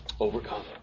overcome